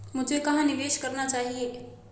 मुझे कहां निवेश करना चाहिए?